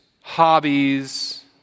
hobbies